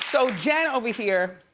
so jen over here.